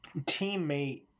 teammate